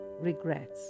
regrets